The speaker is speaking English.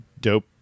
dope